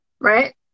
right